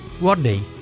Rodney